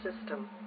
system